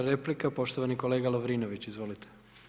4. replika, poštovani kolega Lovrinović, izvolite.